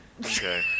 Okay